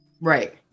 Right